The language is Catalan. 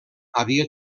havia